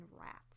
rats